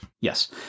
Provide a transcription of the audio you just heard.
yes